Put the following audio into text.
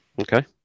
Okay